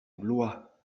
blois